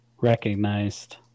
recognized